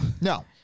No